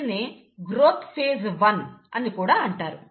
దీనినే growth phase 1 అని కూడా అంటారు